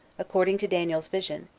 according to daniel's vision,